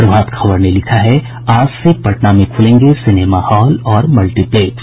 प्रभात खबर ने लिखा है आज से पटना में ख्लेंगे सिनेमा हॉल और मल्टीप्लेक्स